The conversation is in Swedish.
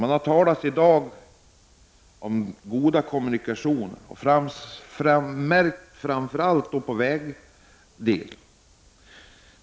Man har i dag talat om goda kommunikationer, framför allt vad beträffar vägarna.